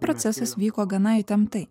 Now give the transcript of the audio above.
procesas vyko gana įtemptai